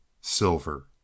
Silver